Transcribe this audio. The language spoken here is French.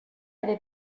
avait